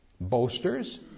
boasters